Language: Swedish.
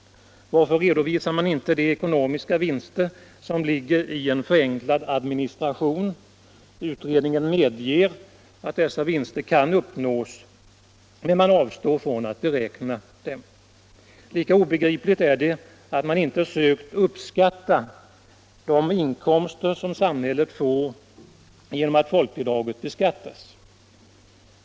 Varför redovisar man inte de ekonomiska vinster som ligger i en förenklad administration? Utredningen medger att dessa vinster kan uppnås men avstår från att beräkna dem. Lika obegripligt är det att man inte sökt uppskatta de inkomster som samhället får genom att folkbidraget beskattas.